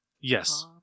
yes